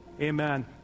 Amen